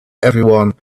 everyone